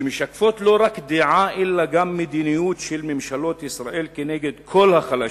שמשקפות לא רק דעה אלא גם מדיניות של ממשלות ישראל כנגד כל החלשים,